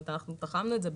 אנחנו תחמנו את זה.